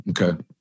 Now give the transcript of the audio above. Okay